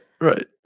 Right